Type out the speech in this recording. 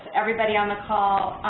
everybody on the call,